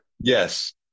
Yes